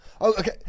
Okay